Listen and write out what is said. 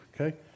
Okay